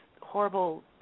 horrible